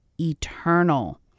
eternal